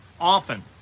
often